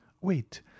Wait